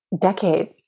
decade